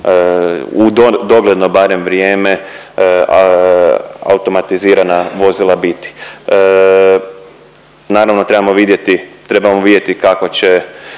u dogledno barem vrijeme automatizirana vozila biti. Naravno trebamo vidjeti,